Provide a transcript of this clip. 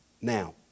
Now